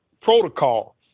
protocol